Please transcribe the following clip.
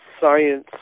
science